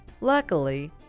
Luckily